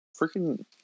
Freaking